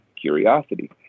curiosity